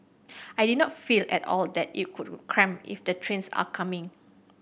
I did not feel at all that it could cramped if the trains are coming